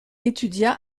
étudia